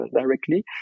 directly